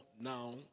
now